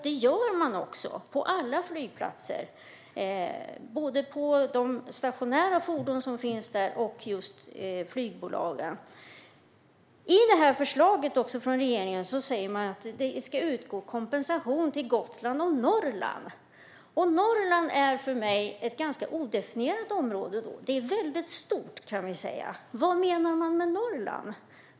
Det gör man på alla flygplatser - för både de stationära fordonen och för flygbolagen. I förslaget från regeringen framgår det att det ska utgå kompensation till Gotland och Norrland. Norrland är för mig ett odefinierat område. Det är mycket stort. Vad menas med Norrland?